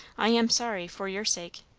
i am sorry, for your sake.